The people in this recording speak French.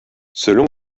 selon